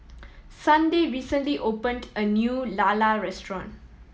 Sunday recently opened a new lala restaurant